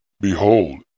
Behold